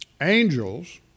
angels